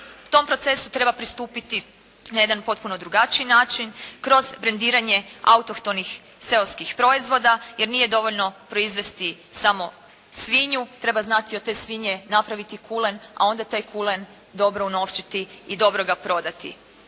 tom procesu treba pristupiti na jedan potpuno drugačiji način, kroz brendiranje autohtonih seoskih proizvoda, jer nije dovoljno proizvesti samo svinju, treba znati od te svinje napraviti kulen, a onda taj kulen dobro unovčiti i dobro ga prodati.